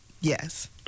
Yes